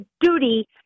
duty